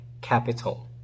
capital